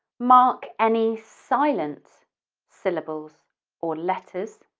mark any silent syllables or letters,